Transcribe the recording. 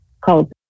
called